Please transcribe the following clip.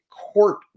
Court